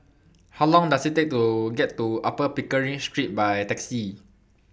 How Long Does IT Take to get to Upper Pickering Street By Taxi